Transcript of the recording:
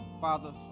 Father